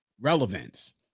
Relevance